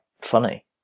funny